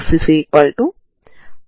అప్పుడు సమీకరణం u21 4c2hξη అవుతుంది